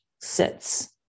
sits